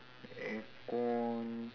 aircon